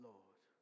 Lord